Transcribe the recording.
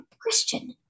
Christian